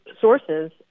sources